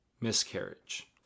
miscarriage